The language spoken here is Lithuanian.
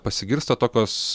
pasigirsta tokios